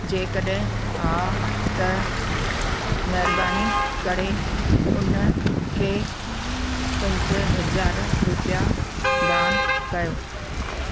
जे कॾहिं हा त महिरबानी करे उन खे पंज हज़ार रुपया दान कयो